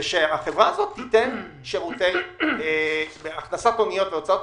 שתיתן שירותי הכנסת אוניות והוצאות